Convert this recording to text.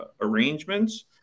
arrangements